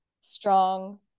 strong